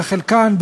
וחלקן,